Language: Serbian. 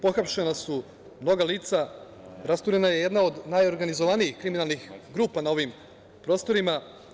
Pohapšena su mnoga lica, rasturena je jedna od najorganizovanijih kriminalnih grupa na ovim prostorima.